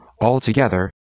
Altogether